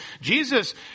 Jesus